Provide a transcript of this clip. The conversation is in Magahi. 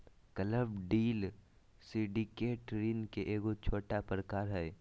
क्लब डील सिंडिकेट ऋण के एगो छोटा प्रकार हय